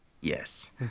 Yes